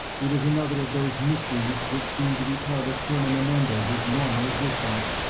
it is another of those mysteries which seem to be part of colonel menendez's normal existence.